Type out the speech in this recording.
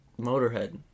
Motorhead